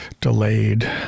delayed